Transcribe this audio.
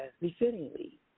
befittingly